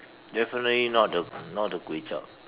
definitely not the not the kway-chap